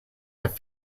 have